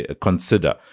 consider